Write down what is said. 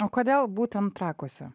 o kodėl būtent trakuose